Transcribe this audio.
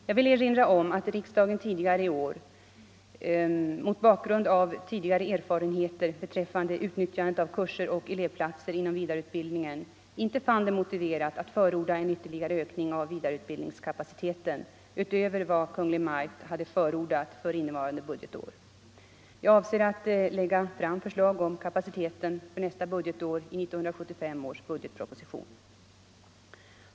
Jag vill erinra om att riksdagen tidigare i år mot bakgrund av tidigare erfarenheter beträffande utnyttjandet av kurser och elevplatser inom vidareutbildningen inte fann det motiverat att förorda en ytterligare ökning av vidareutbildningskapaciteten utöver vad Kungl. Maj:t hade förordat för innevarande budgetår. Jag avser att lägga fram förslag om kapaciteten för nästa budgetår i 1975 års budgetproposition.